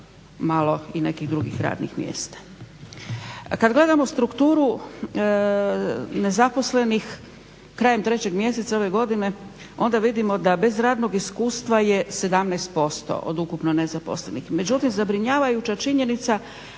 malo i nekih drugih radnih mjesta. Kad gledamo strukturu nezaposlenih krajem 3. mjeseca ove godine onda vidimo da bez radnog iskustva je 17% od ukupno nezaposlenih. Međutim, zabrinjavajuća činjenica